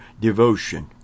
Devotion